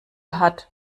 hat